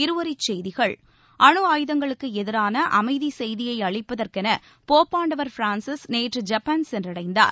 இருவரிச்செய்திகள் அனுஆயுதங்களுக்கு எதிரான அமைதிச் செய்தியை அளிப்பதற்கென போப்பாண்டவர் பிரான்சிஸ் நேற்று ஜப்பான் சென்றடைந்தார்